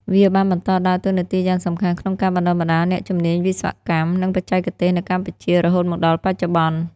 វាបានបន្តដើរតួនាទីយ៉ាងសំខាន់ក្នុងការបណ្តុះបណ្តាលអ្នកជំនាញវិស្វកម្ម និងបច្ចេកទេសនៅកម្ពុជា រហូតមកដល់បច្ចុប្បន្ន។